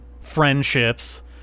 friendships